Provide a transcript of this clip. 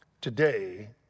today